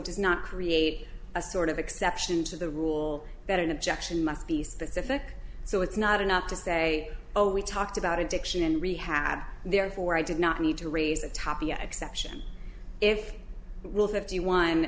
does not create a sort of exception to the rule that an objection must be specific so it's not enough to say oh we talked about addiction and rehab therefore i did not need to raise a tapia exception if will fifty one